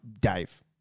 Dave